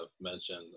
mentioned